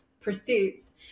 pursuits